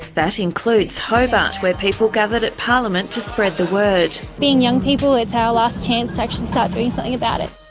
that includes hobart where people gathered at parliament to spread the word. being young people it's our last chance to actually start doing something about it.